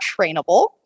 trainable